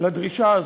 לדרישה הזאת.